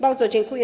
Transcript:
Bardzo dziękuję.